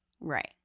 right